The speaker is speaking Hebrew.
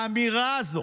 האמירה הזאת,